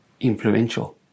influential